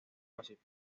pacífico